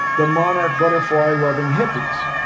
the monarch butterfly loving hippies.